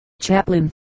Chaplain